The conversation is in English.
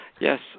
Yes